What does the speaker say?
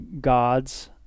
gods